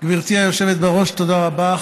גברתי היושבת בראש, תודה רבה.